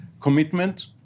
commitment